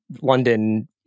London